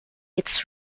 its